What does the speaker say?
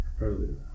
earlier